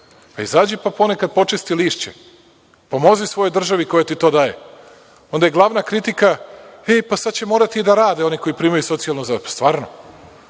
pa izađi pa ponekad počisti lišće, pomozi svojoj državi koja ti to daje. Onda je glavna kritika – ej, pa sada će morati da rade oni koji primaju socijalnu pomoć. Stvarno?